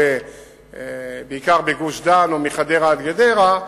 בעיקר בגוש-דן או מחדרה עד גדרה,